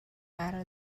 قرار